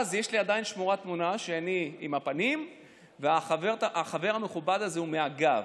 עדיין שמורה אצלי תמונה שאני עם הפנים והחבר המכובד הזה מהגב.